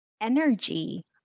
energy